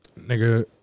Nigga